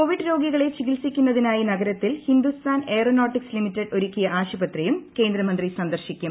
Covid രോഗികളെ ചികിത്സിക്കുന്നതിനായി നഗരത്തിൽ ഹിന്ദുസ്ഥാൻ ഏയ്റോനോട്ടിക്സ് ലിമിറ്റഡ് ഒരുക്കിയ ആശുപത്രിയും കേന്ദ്രമന്ത്രി സന്ദർശിക്കും